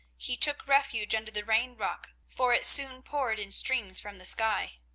he took refuge under the rain-rock, for it soon poured in streams from the sky.